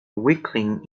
weakling